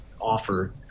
offer